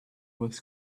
was